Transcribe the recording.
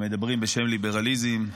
הם מדברים בשם ליברליזם,